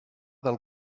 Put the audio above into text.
del